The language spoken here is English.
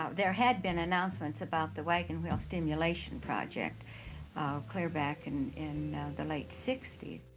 there had been announcements about the wagon wheel stimulation project clear back and in the late sixty s.